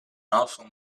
awesome